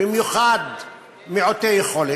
במיוחד מעוטי יכולת,